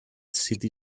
city